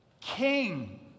king